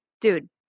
dude